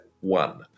one